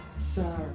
sir